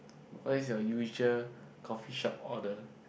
what is your usual coffee shop order